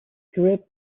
grip